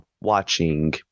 watching